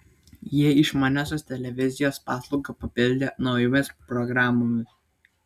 jie išmaniosios televizijos paslaugą papildė naujomis programomis